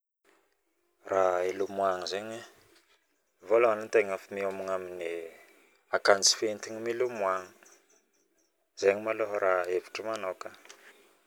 Raha ilomoagno zaigny vialohany ategna miomagna aminy ankanjio fientigny milomagno zaigny maloha raha hevitro manokana